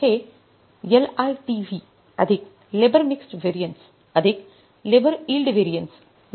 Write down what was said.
तर हे LITV labour mixed variance labour yield variance